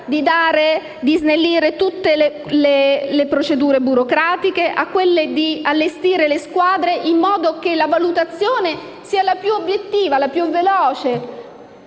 di snellire le procedure burocratiche a quella di allestire le squadre in modo che la valutazione sia la più obiettiva, la più veloce